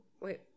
Wait